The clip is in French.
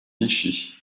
vichy